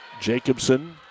Jacobson